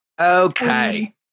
Okay